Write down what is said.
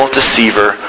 deceiver